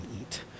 eat